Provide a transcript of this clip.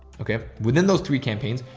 okay. within those three campaigns,